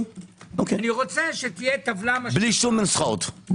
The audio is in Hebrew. אני רוצה שתהיה טבלה בלי שום נוסחאות.